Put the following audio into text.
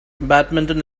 badminton